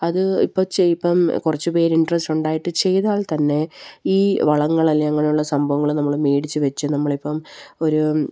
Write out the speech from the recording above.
അത് ഇപ്പം കുറച്ച് പേര് ഇൻട്രസ്റ്റ് ഉണ്ടായിട്ട് ചെയ്താൽ തന്നെ ഈ വളങ്ങള് അല്ലെങ്കില് അങ്ങനെയുള്ള സംഭവങ്ങള് നമ്മള് മേടിച്ചുവെച്ച് നമ്മളിപ്പം ഒരു